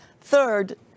Third